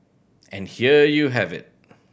and here you have it